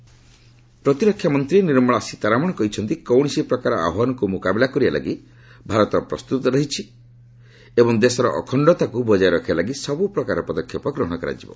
ନିର୍ମଳା ସୀତାରମଣ ପ୍ରତିରକ୍ଷା ମନ୍ତ୍ରୀ ନିର୍ମଳା ସୀତାରମଣ କହିଛନ୍ତି କୌଣସି ପ୍ରକାରର ଆହ୍ୱାନକୁ ମୁକାବିଲା କରିବା ଲାଗି ଭାରତ ପ୍ରସ୍ତୁତ ରହିଛି ଏବଂ ଦେଶର ଅଖଶ୍ଚତାକୁ ବଜାୟ ରଖିବା ଲାଗି ସବୁ ପ୍ରକାରର ପଦକ୍ଷେପ ଗ୍ରହଣ କରାଯିବ